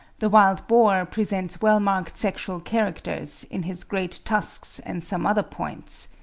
the wild boar presents well-marked sexual characters, in his great tusks and some other points.